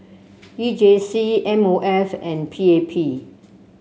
E J C M O F and P A P